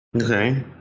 Okay